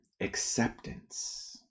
acceptance